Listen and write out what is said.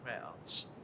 crowds